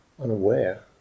unaware